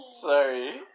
Sorry